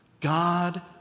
God